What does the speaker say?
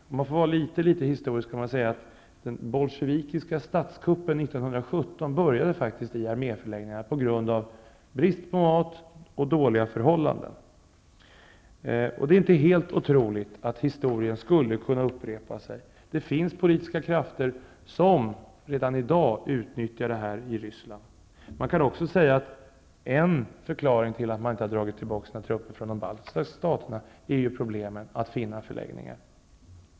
Om jag får ägna mig litet litet åt historia, vill jag säga att den bolsjevikiska statskuppen 1917 började faktiskt i arméförläggningar, på grund av dåliga förhållanden och brist på mat. Det är inte helt otroligt att historien skulle kunna upprepas. Det finns politiska krafter i Ryssland som redan i dag utnyttjar det här. Man kan också säga att en förklaring till att trupperna inte har dragits tillbaka från de baltiska staterna är problemen att finna förläggningar.